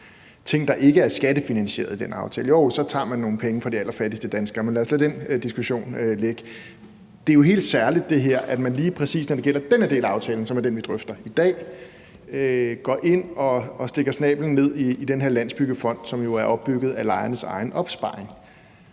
ting, der ikke er skattefinansierede, i den her aftale – jo, så tager man nogle penge fra de allerfattigste danskere, men lad os lade den diskussion ligge. Det er helt særligt, at man, lige præcis når det gælder den her del af aftalen, som vi drøfter i dag, går ind og stikker snablen ned i Landsbyggefonden, som jo er opbygget af lejernes egen opsparing.